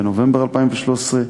בנובמבר 2013,